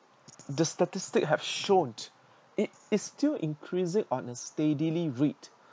the statistics have shown it is still increasing on a steadily rate